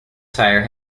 tyre